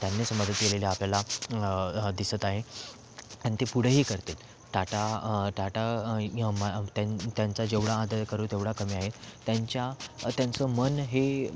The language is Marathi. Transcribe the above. त्यांनीच मदत केलेली आपल्याला दिसत आहे आणि ती पुढंही करतील टाटा टाटा मग त्यां त्यांचा जेवढा आदर करू तेवढा कमी आहे त्यांच्या त्यांचं मन हे